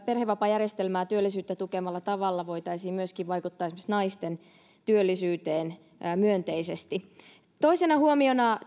perhevapaajärjestelmää työllisyyttä tukevalla tavalla voitaisiin myöskin vaikuttaa esimerkiksi naisten työllisyyteen myönteisesti toisena huomiona